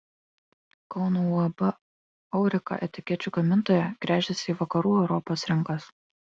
kauno uab aurika etikečių gamintoja gręžiasi į vakarų europos rinkas